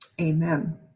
Amen